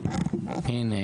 הבא.